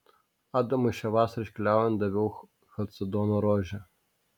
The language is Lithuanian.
adamui šią vasarą iškeliaujant daviau chalcedono rožę